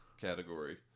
category